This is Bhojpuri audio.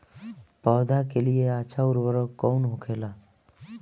पौधा के लिए अच्छा उर्वरक कउन होखेला?